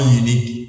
unique